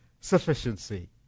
sufficiency